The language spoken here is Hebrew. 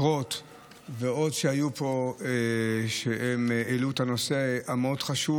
חבר הכנסת רוט ועוד שהיו פה והעלו את הנושא המאוד-חשוב,